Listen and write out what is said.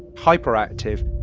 hyperactive,